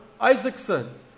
Isaacson